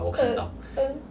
uh uh